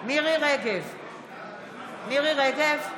בהצבעה מירי מרים רגב,